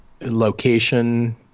Location